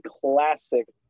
classic